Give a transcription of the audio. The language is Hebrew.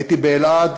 הייתי באלעד,